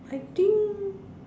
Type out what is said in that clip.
I think